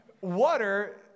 Water